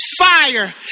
fire